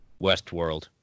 Westworld